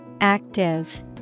active